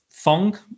Fong